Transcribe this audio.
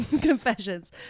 Confessions